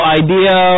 idea